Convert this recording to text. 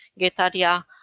Getaria